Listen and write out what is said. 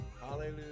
Hallelujah